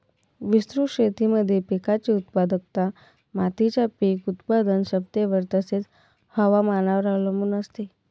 विस्तृत शेतीमध्ये पिकाची उत्पादकता मातीच्या पीक उत्पादन क्षमतेवर तसेच, हवामानावर अवलंबून असते